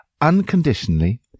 unconditionally